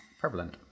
prevalent